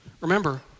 remember